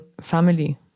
family